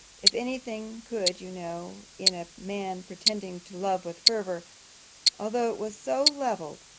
if any thing could, you know, in a man pretending to love with fervour although it was so levelled,